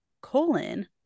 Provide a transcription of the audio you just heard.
colon